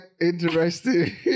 interesting